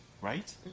Right